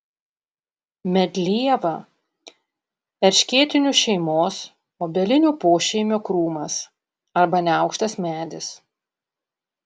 medlieva erškėtinių šeimos obelinių pošeimio krūmas arba neaukštas medis